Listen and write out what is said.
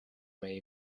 may